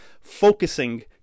focusing